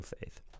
faith